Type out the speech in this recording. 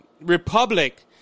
republic